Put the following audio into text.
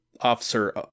officer